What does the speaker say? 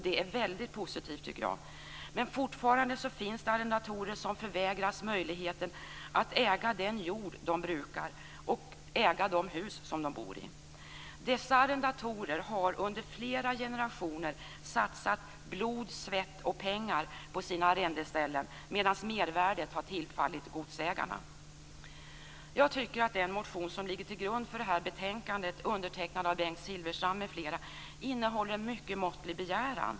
Det är väldigt positivt, tycker jag. Men fortfarande finns det arrendatorer som förvägras möjligheten att äga den jord de brukar och äga de hus de bor i. Dessa arrendatorer har under flera generationer satsat blod, svett och pengar på sina arrendeställen medan mervärdet har tillfallit godsägarna. Jag tycker att den motion som ligger till grund för det här betänkandet, och som är undertecknad av Bengt Silfverstrand m.fl., innehåller en mycket måttlig begäran.